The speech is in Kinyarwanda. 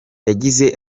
yagize